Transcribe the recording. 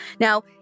Now